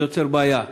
זה יוצר בעיה.